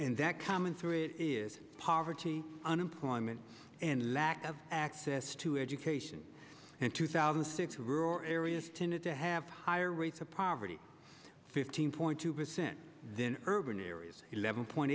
and that common through it is poverty unemployment and lack of access to education and two thousand and six were areas tended to have higher rates of poverty fifteen point two percent then urban areas eleven point